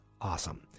awesome